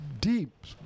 deep